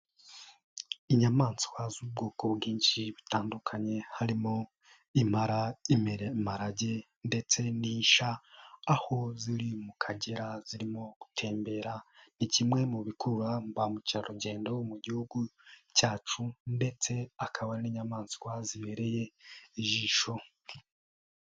Inyamaswa z'ubwoko bwinshi butandukanye harimo impara, imparage ndetse n'isha aho ziri mu Kagera zirimo gutembera ni kimwe mu bikurura ba mukerarugendo mu gihugu cyacu ndetse akaba ari n'inyamaswa zibereye ijisho.